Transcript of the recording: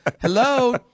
Hello